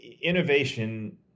innovation